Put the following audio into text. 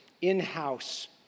in-house